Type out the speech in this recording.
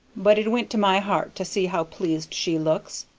but it went to my heart to see how pleased she looks!